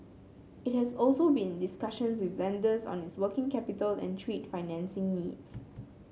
it has also been in discussions with lenders on its working capital and trade financing needs